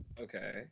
Okay